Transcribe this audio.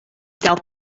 gael